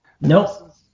nope